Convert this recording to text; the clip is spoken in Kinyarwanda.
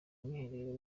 mwiherero